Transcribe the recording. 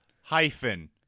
hyphen